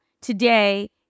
today